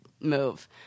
move